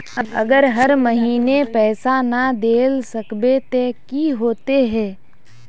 अगर हर महीने पैसा ना देल सकबे ते की होते है?